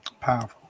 Powerful